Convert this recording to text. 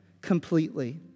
completely